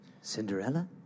Cinderella